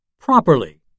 properly